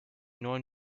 neuen